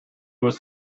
was